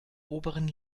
oberen